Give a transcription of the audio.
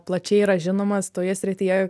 plačiai yra žinomas toje srityje